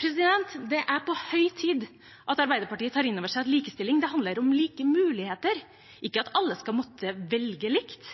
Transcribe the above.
Det er på høy tid at Arbeiderpartiet tar inn over seg at likestilling handler om like muligheter, ikke at alle skal måtte velge likt.